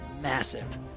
massive